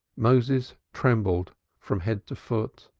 moses trembled from head to foot.